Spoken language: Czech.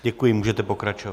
Děkuji, můžete pokračovat.